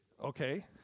Okay